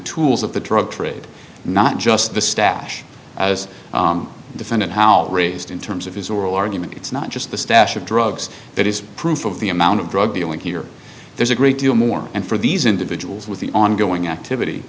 tools of the drug trade not just the stash as the defendant how raised in terms of his oral argument it's not just the stash of drugs that is proof of the amount of drug dealing here there's a great deal more and for these individuals with the ongoing activity